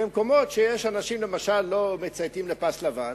במקומות שבהם יש אנשים שלא מצייתים לפס לבן,